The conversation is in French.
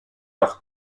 leur